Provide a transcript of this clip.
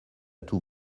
tout